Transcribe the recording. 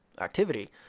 activity